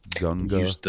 Gunga